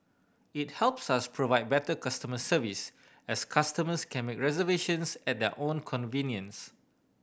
it helps us provide better customer service as customers can make reservations at their own convenience